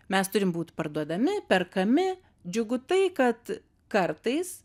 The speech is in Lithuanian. mes turim būt parduodami perkami džiugu tai kad kartais